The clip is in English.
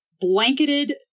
blanketed